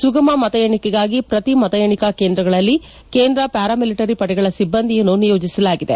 ಸುಗಮ ಮತ ಎಣಿಕೆಗಾಗಿ ಪ್ರತಿ ಮತ ಎಣಿಕಾ ಕೇಂದ್ರಗಳಲ್ಲಿ ಕೇಂದ್ರ ಪ್ಲಾರಾ ಮಿಲಿಟರಿ ಪಡೆಗಳ ಸಿಬ್ಲಂದಿಯನ್ನು ನಿಯೋಜಿಸಲಾಗಿದೆ